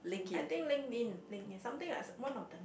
I think LinkedIn LinkedIn something like one of the